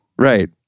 Right